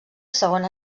segona